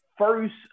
First